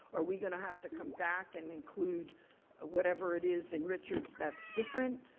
are we going to have to come back and include whatever it is in richards that's different?